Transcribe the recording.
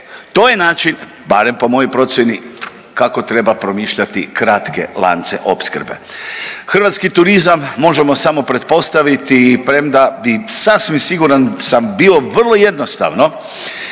to je način, barem po mojoj procjeni kako treba promišljati kratke lance opskrbe. Hrvatski turizam možemo samo pretpostaviti i premda bi sasvim siguran sam bio vrlo jednostavno